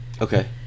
Okay